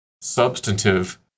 substantive